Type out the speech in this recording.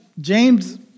James